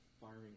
firing